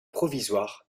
provisoire